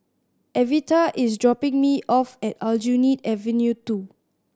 Evita is dropping me off at Aljunied Avenue Two